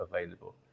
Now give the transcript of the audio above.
available